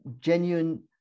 genuine